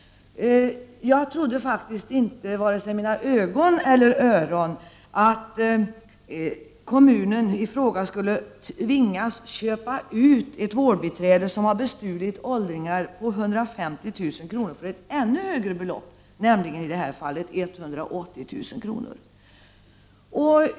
Jag trodde faktiskt inte vare sig mina ögon eller mina öron — att kommunen skulle tvingas köpa ut ett vårdbiträde som hade bestulit åldringar på 150 000 kr. för ett ännu högre belopp, nämligen 180 000 kr.